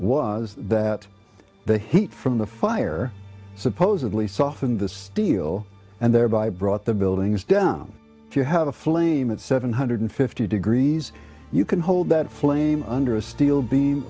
was that the heat from the fire supposedly softened the steel and thereby brought the buildings down if you have a flame at seven hundred fifty degrees you can hold that flame under a steel beam